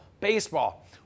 baseball